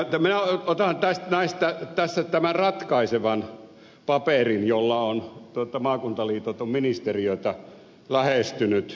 minä otan näistä tässä tämän ratkaisevan paperin jolla maakuntaliitot ovat ministeriötä lähestyneet